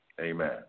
amen